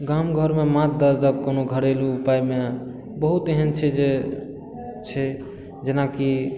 गाम घर मे माथ दर्दक कोनो घरेलू उपाय मे बहुत एहन छै जे छै जेनाकि